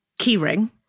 keyring